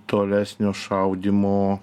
tolesnio šaudymo